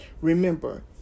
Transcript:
Remember